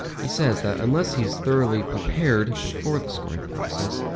he says that unless he's thoroughly prepared before the scoring process,